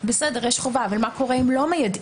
בסדר, יש חובה, אבל מה קורה אם לא מיידעים?